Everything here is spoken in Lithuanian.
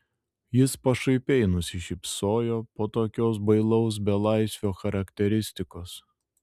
jis pašaipiai nusišypsojo po tokios bailaus belaisvio charakteristikos